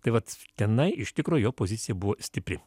tai vat tenai iš tikro jo pozicija buvo stipri